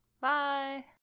Bye